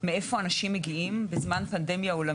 כמה מאומתים נכנסים מכל מדינה כאשר כאן לא עוזרות